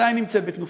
עדיין נמצאת בתנופה.